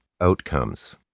outcomes